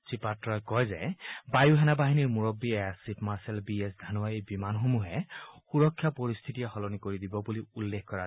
শ্ৰী পাত্ৰই কয় যে বায়ু সেনাবাহিনীৰ মূৰববী air chief marshal B S ধানোৱাই এই বিমানসমূহে সুৰক্ষা পৰিস্থিতিয়ে সলনি কৰি দিব বুলি উল্লেখ কৰিছে